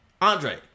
Andre